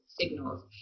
signals